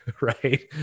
Right